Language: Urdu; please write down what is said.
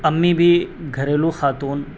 امی بھی گھریلو خاتون